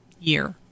year